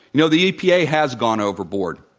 know, the epa has gone overboard.